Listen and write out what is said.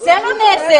זה עושה לו נזק.